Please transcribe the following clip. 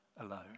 alone